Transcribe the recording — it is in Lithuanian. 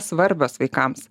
svarbios vaikams